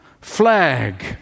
flag